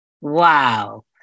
Wow